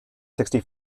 sixty